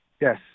Yes